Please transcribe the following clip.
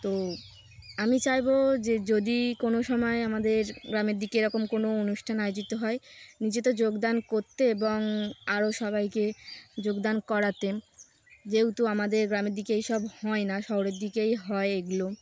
তো আমি চাইব যে যদি কোনো সময় আমাদের গ্রামের দিকে এরকম কোনো অনুষ্ঠান আয়োজিত হয় নিজে তো যোগদান করতে এবং আরও সবাইকে যোগদান করাতে যেহেতু আমাদের গ্রামের দিকে এইসব হয় না শহরের দিকেই হয় এগুলো